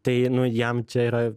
tai nu jiem čia yra